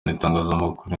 n’itangazamakuru